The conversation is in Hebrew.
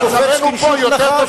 אתה קופץ כנשוך נחש,